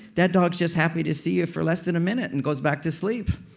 that dog's just happy to see you for less than a minute and goes back to sleep.